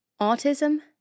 Autism